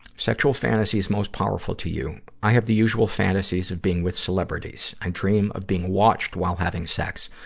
sexual fantasies most powerful to you i have the usual fantasies of being with celebrities. i dream of being watched while having sex.